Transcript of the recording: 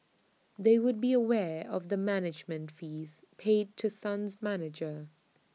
they would be aware of the management fees paid to sun's manager